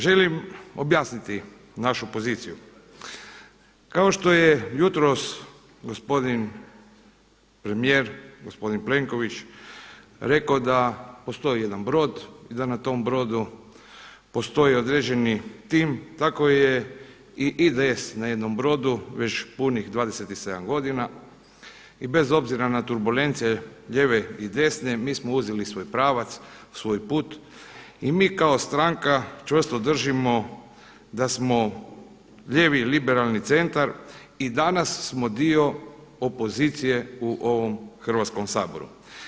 Želim objasniti našu poziciju kao što je jutros gospodin premijer, gospodin Plenković rekao da postoji jedan brod i da na tom brodu postoji određeni tim tako je i IDS na jednom brodu već punih 27 godina i bez obzira na turbulencije lijeve i desne mi smo uzeli svoj pravac, svoj put i im kao stranka čvrsto držimo da smo lijevi liberalni centar i danas smo dio opozicije u ovom Hrvatskom saboru.